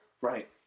Right